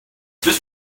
this